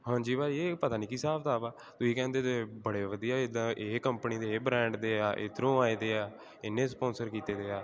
ਹਾਂਜੀ ਭਾਅ ਜੀ ਇਹ ਪਤਾ ਨਹੀਂ ਕੀ ਹਿਸਾਬ ਦਾ ਆ ਤੁਸੀਂ ਕਹਿੰਦੇ ਤੇ ਬੜੇ ਵਧੀਆ ਇੱਦਾਂ ਇਹ ਕੰਪਨੀ ਦੇ ਇਹ ਬ੍ਰਾਂਡ ਦੇ ਆ ਇੱਧਰੋਂ ਆਏ ਦੇ ਆ ਇਹਨੇ ਸਪੋਂਸਰ ਕੀਤੇ ਵੇ ਆ